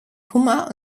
kummer